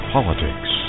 Politics